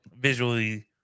visually